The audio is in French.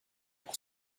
pour